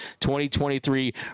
2023